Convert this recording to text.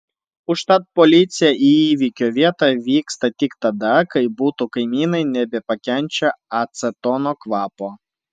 užtat policija į įvykio vietą vyksta tik tada kai buto kaimynai nebepakenčia acetono kvapo